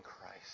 Christ